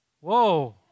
Whoa